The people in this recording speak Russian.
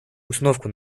установку